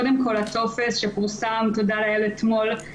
קודם כל הטופס שפורסם תודה לאל אתמול,